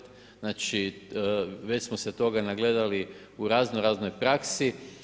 Znači, već smo se toka nagledali u razno-raznoj praksi.